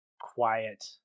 quiet